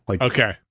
Okay